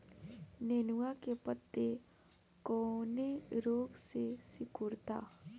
नेनुआ के पत्ते कौने रोग से सिकुड़ता?